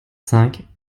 cinq